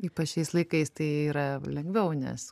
ypač šiais laikais tai yra lengviau nes